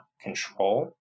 control